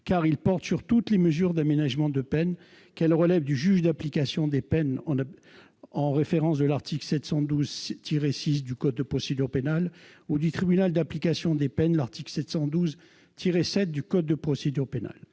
car il porte sur toutes les mesures d'aménagement de peine, qu'elles relèvent du juge de l'application des peines, en référence à l'article 712-6 du code de procédure pénale, ou du tribunal de l'application des peines, en vertu de l'article 712-7 du même code.